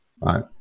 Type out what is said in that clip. right